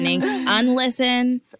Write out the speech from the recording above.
Unlisten